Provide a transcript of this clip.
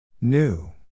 New